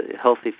healthy